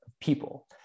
people